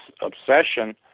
obsession